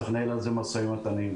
צריך לנהל על זה משא ומתן.